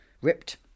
ripped